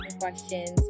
questions